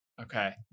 Okay